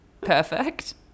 perfect